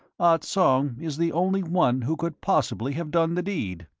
ah tsong is the only one who could possibly have done the deed.